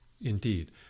indeed